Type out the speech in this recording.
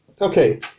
Okay